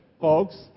folks